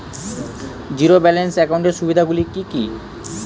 Zero balance একাউন্টের সুবিধা গুলি কি কি?